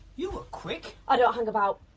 you were quick. i don't hang about.